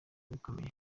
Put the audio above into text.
bikomeye